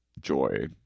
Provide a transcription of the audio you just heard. joy